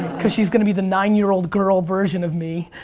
cause she's gonna be the nine-year-old girl version of me,